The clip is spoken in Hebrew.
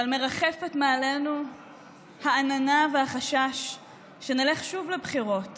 אבל מרחפת מעלינו העננה והחשש שנלך שוב לבחירות